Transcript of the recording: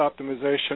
optimization